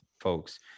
folks